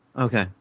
Okay